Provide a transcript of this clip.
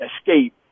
escape